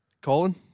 Colin